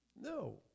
No